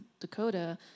Dakota